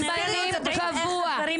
תזכרי את זה פשוט.